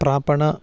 प्रापणं